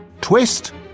Twist